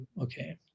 okay